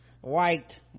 white